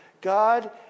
God